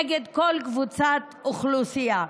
נגד כל קבוצת אוכלוסייה.